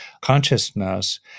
consciousness